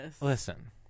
listen